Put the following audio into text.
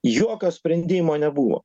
jokio sprendimo nebuvo